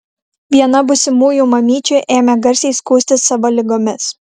viena būsimųjų mamyčių ėmė garsiai skųstis savo ligomis